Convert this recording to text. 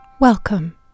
Welcome